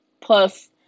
plus